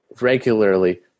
regularly